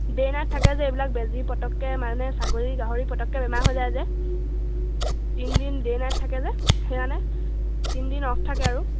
day night থাকে যে এইবিলাক বেজী পটককৈ মানে ছাগলী গাহৰি পটককৈ বেমাৰ হৈ যায় যে তিনি দিন ডে নাইট থাকে যে সেইকাৰণে তিনি দিন অফ থাকে আৰু